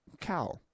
cow